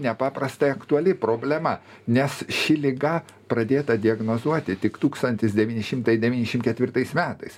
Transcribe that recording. nepaprastai aktuali problema nes ši liga pradėta diagnozuoti tik tūkstantis devyni šimtai devyniasdešim ketvirtais metais